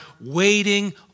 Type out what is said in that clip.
waiting